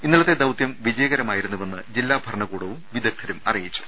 ഇന്നലത്തെ ദൌത്യാ വിജയകരമായിരുന്നുവെന്ന് ജില്ലാ ഭരണകൂടവും വിദഗ്ധരും അറിയിച്ചു